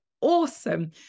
awesome